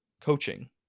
coaching